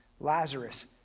Lazarus